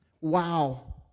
Wow